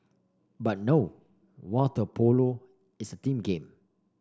but no water polo is team game